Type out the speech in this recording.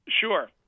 Sure